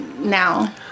now